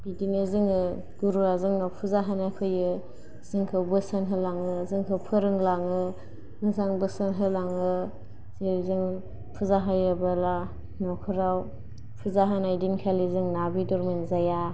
बिदिनो जोङो गुरुआ जोंनो फुजा होनो फैयो जोंखौ बोसोन होलाङो जोंखौ फोरोंलाङो मोजां बोसोर होलाङो जेरै जों फुजाहोयोब्ला न'खराव फुजा होनाय दिन खालि जों ना बेदर मोनजाया